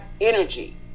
energy